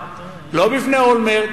לא בפני אולמרט,